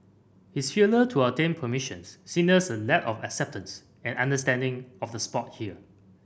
his failure to obtain permissions signals a lack of acceptance and understanding of the sport here